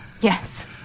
Yes